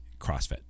crossfit